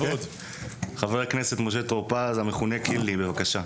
חבר הכנסת משה טור-פז המכונה קינלי, בבקשה.